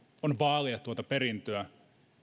on vaalia tuota perintöä